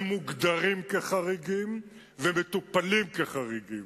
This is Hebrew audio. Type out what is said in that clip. הם מוגדרים כחריגים ומטופלים כחריגים,